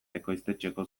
ekoiztetxeko